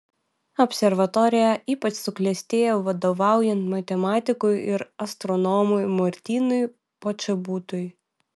observatorija ypač suklestėjo vadovaujant matematikui ir astronomui martynui počobutui